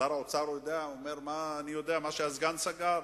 שר האוצר אומר: אני יודע מה שהסגן סגר?